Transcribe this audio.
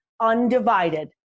undivided